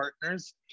Partners